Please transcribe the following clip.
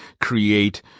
create